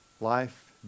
life